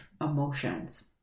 emotions